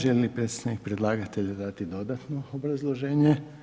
Želi li predstavnik predlagatelja dati dodatno obrazloženje?